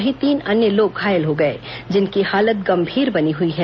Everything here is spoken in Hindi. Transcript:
वहीं तीन अन्य लोग घायल हो गए जिनकी हालत गंभीर बनी हुई है